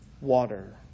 water